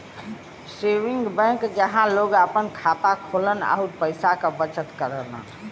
saving bank जहां लोग आपन खाता खोलन आउर पैसा क बचत करलन